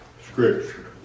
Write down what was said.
scripture